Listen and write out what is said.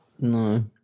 No